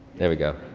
there we go.